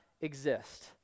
exist